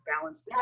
balance